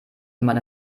meine